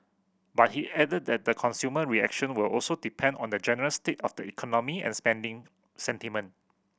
but he added that the consumer reaction will also depend on the general state of the economy and spending sentiment